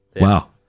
Wow